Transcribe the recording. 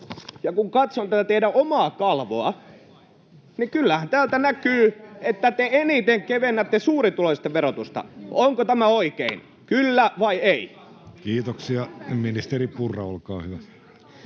ja kun katson tätä teidän omaa kalvoa, niin kyllähän täältä näkyy, että eniten te kevennätte suurituloisten verotusta. [Ari Koposen välihuuto] Onko tämä oikein, kyllä vai ei? Kiitoksia. — Ministeri Purra, olkaa hyvä.